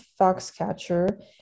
Foxcatcher